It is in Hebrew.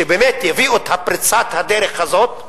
שבאמת יביאו את פריצת הדרך הזאת,